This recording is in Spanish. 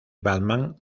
batman